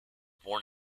born